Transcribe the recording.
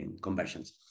conversions